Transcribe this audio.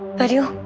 but you